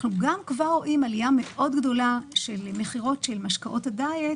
אנחנו כבר עכשיו רואים עלייה גדולה מאוד של מכירות של משקאות הדיאט